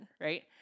right